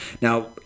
Now